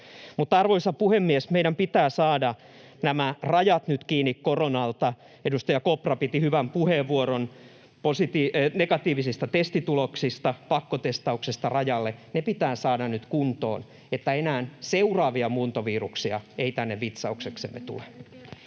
arvoisa puhemies, meidän pitää saada nyt rajat kiinni koronalta. Edustaja Kopra piti hyvän puheenvuoron negatiivisista testituloksista, pakkotestauksesta rajalle. Ne pitää saada nyt kuntoon, niin että enää seuraavia muuntoviruksia ei tänne vitsaukseksemme tule.